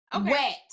Wet